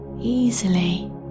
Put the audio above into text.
easily